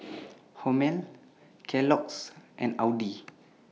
Hormel Kellogg's and Audi